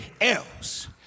else